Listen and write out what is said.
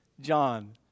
John